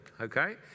okay